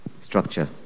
structure